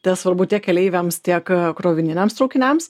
tai yra svarbu tiek keleiviams tiek krovininiams traukiniams